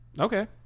okay